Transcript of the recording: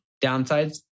downsides